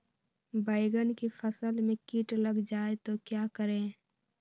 बैंगन की फसल में कीट लग जाए तो क्या करें?